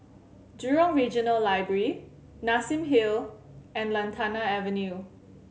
Jurong Regional Library Nassim Hill and Lantana Avenue